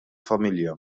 familja